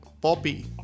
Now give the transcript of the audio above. poppy